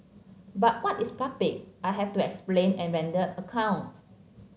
but what is public I have to explain and render account